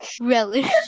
Relish